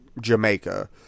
Jamaica